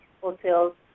hotels